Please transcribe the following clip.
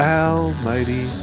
almighty